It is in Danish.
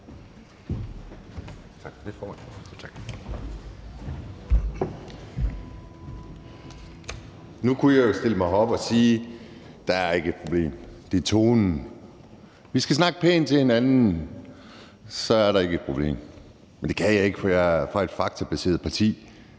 Nu kunne jeg stille mig herop og sige, at der ikke er et problem; det er tonen. Vi skal snakke pænt til hinanden, så er der ikke et problem. Men det kan jeg ikke, for jeg er fra et faktabaseret parti.